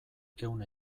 ehun